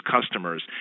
customers